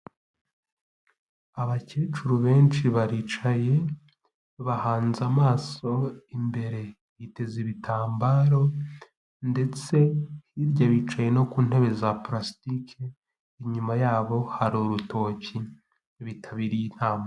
Abakecuru benshi baricaye, bahanze amaso imbere, biteze ibitambaro ndetse hirya bicaye no ku ntebe za palasitike, inyuma yabo hari urutoki bitabiriye inama.